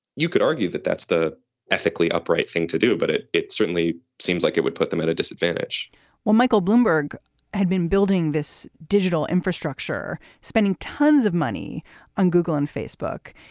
you could argue that that's the ethically upright thing to do but it it certainly seems like it would put them at a disadvantage when michael bloomberg had been building this digital infrastructure, spending tons of money on google and facebook.